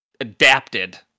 adapted